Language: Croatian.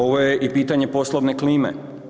Ovo je i pitanje poslovne klime.